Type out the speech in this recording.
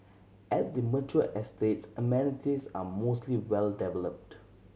at the mature estates amenities are mostly well developed